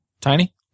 tiny